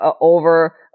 over